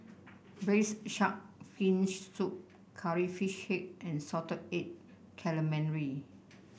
Braised Shark Fin Soup Curry Fish Head and Salted Egg Calamari